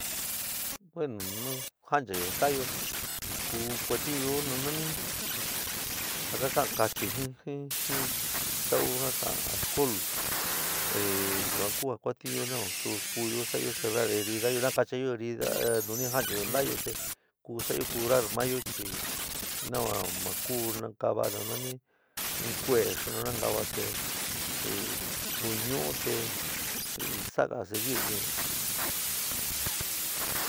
Bueno nu ja'anchayo nta'ayo ku kuantiúnyo nanani ja ka ka'an káchi jín jín tau ka ka'an alcohol ehh yuan ku a kuatiúnyo nava su kuúyo sa'ayo cerrar herida nakachaayó herida nu ni jaáanchayo nta´ayo te ku sa'ayo kurar mayo chi nava ma ku nankava nanani in kue'é xaán nankava te kuñu'ú te saaga seguir kiɨn.